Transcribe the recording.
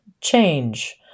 change